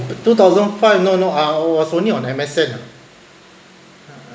the two thousand five no no I was only on M_S_N ah